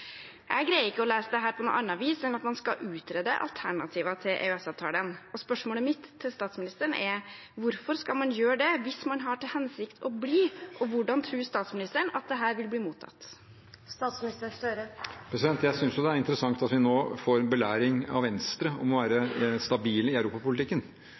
Jeg greier ikke å lese dette på noe annet vis enn at man skal utrede alternativer til EØS-avtalen. Spørsmålet mitt til statsministeren er: Hvorfor skal man gjøre det hvis man har til hensikt å bli, og hvordan tror statsministeren at dette vil bli mottatt? Jeg synes det er interessant at vi nå får en belæring av Venstre om å være stabile i europapolitikken,